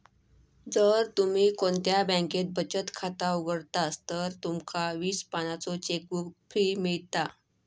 जर तुम्ही कोणत्या बॅन्केत बचत खाता उघडतास तर तुमका वीस पानांचो चेकबुक फ्री मिळता